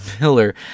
Miller